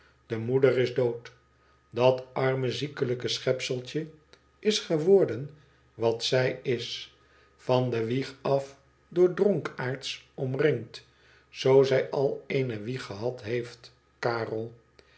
de moeder is dood dat arme ziekelijke schepseltje is geworden wat zij is van de wieg af door dronkaards omringd zoo zij al eene wieg gehad heeft karel